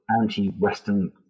anti-Western